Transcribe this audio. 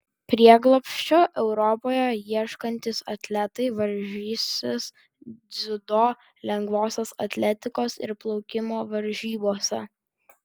prieglobsčio europoje ieškantys atletai varžysis dziudo lengvosios atletikos ir plaukimo varžybose